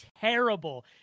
terrible